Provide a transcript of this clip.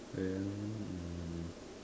then hmm